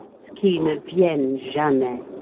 ce qui ne viennent jamais.